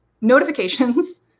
notifications